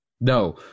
No